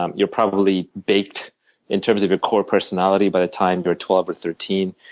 um you're probably baked in terms of your core personality by the time you're twelve or thirteen.